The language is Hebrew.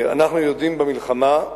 אנחנו יודעים, במלחמה,